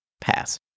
pass